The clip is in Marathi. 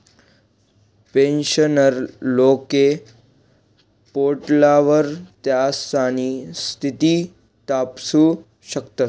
पेन्शनर लोके पोर्टलवर त्यास्नी स्थिती तपासू शकतस